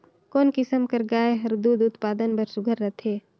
कोन किसम कर गाय हर दूध उत्पादन बर सुघ्घर रथे?